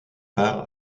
part